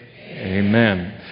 Amen